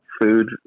food